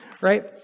Right